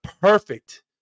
perfect